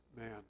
man